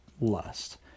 lust